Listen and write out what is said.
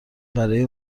برای